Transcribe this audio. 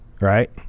right